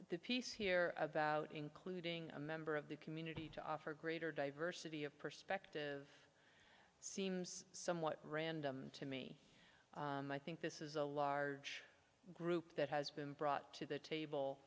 the piece here about including a member of the community to offer greater diversity of perspective seems somewhat random to me and i think this is a large group that has been brought to the table